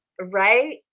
Right